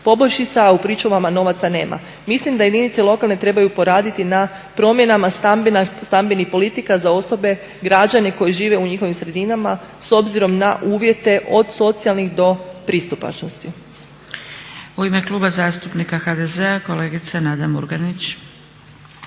poboljšica a u pričuvama novaca nema. Mislim da jedinice lokalne trebaju poraditi na promjenama stambenih politika za osobe građane koji žive u njihovim sredinama s obzirom na uvjete od socijalnih do pristupačnosti. **Zgrebec, Dragica (SDP)** U ime Kluba zastupnika HDZ-a kolegica Nada Murganić.